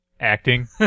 acting